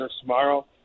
tomorrow